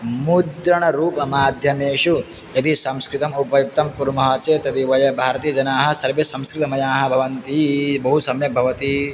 मुद्रणरूपमाध्यमेषु यदि संस्कृतम् उपयोक्तुं कुर्मः चेत् तदेव वयं भारतीयजनाः सर्वे संस्कृतमयाः भवन्ति बहु सम्यक् भवति